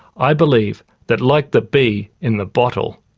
i believe that, like the bee in the bottle,